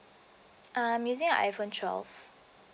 uh I'm using a iphone twelve